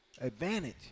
advantage